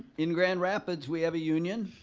in grand rapids, we have a union.